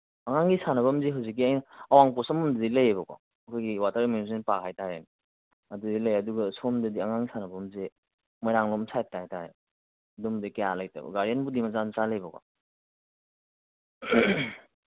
ꯑꯉꯥꯡꯒꯤ ꯁꯥꯟꯅꯕꯝꯁꯦ ꯍꯧꯖꯤꯛꯀꯤ ꯑꯩꯅ ꯑꯋꯥꯡ ꯄꯣꯠꯁꯪꯕꯝꯗꯗꯤ ꯂꯩꯌꯦꯕꯀꯣ ꯑꯩꯈꯣꯏꯒꯤ ꯋꯥꯇꯔ ꯑꯦꯃ꯭ꯌꯨꯁꯃꯦꯟ ꯄꯥꯛ ꯍꯥꯏ ꯇꯥꯔꯦ ꯑꯗꯨꯗꯗꯤ ꯂꯩ ꯑꯗꯨꯒ ꯁꯣꯝꯗꯗꯤ ꯑꯉꯥꯡ ꯁꯥꯟꯅꯕꯝꯁꯦ ꯃꯣꯏꯔꯥꯡꯂꯣꯝ ꯁꯥꯏꯠꯇ ꯍꯥꯏ ꯇꯥꯔꯦ ꯑꯗꯨꯝꯕꯗꯤ ꯀꯌꯥ ꯂꯩꯇꯕ ꯒꯥꯔꯗꯦꯟꯕꯨꯗꯤ ꯃꯆꯥ ꯃꯆꯥ ꯂꯩꯕꯀꯣ